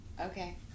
okay